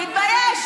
אני אסביר.